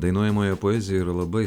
dainuojamoje poezijoj yra labai